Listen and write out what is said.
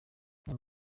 niyo